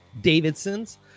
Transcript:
davidson's